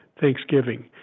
Thanksgiving